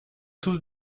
tous